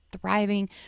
thriving